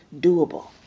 doable